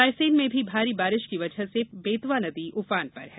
रायसेन में भी भारी बारिश की वजह से बेतवा नदी उफान पर है